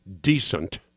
decent